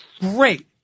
great